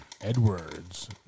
Edwards